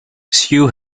sue